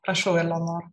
prašau eleonora